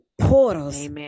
Portals